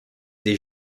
des